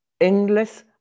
endless